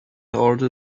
order